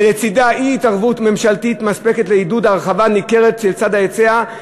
ולצדה אי-התערבות ממשלתית מספקת לעידוד הרחבה ניכרת של צד ההיצע,